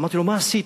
אמרתי לו: מה עשית?